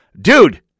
dude